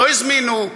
לא הזמינו?